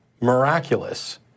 miraculous